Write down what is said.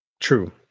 true